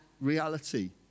reality